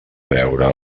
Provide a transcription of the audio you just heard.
veure